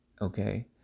Okay